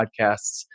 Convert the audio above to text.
podcasts